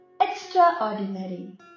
Extraordinary